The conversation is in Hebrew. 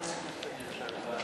בבקשה.